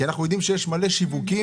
אנחנו יודעים שיש המון שיווקים,